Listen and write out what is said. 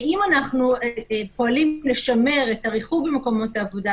ואם אנחנו פועלים לשמר את הריחוק במקומות העבודה,